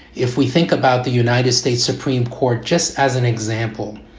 if we think about the united states supreme court just as an example,